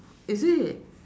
is it